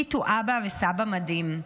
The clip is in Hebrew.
קית' הוא אבא וסבא מדהים,